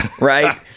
right